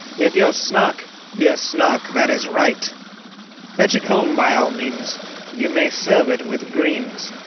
if your snark be a snark, that is right fetch it home by all means you may serve it with greens,